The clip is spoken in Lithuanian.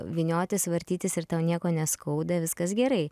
vyniotis vartytis ir tau nieko neskauda viskas gerai